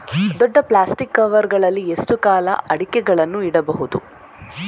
ದೊಡ್ಡ plastic cover ಗಳಲ್ಲಿ ಎಷ್ಟು ಕಾಲ ಅಡಿಕೆಗಳನ್ನು ಇಡಬಹುದು?